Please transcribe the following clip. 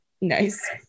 Nice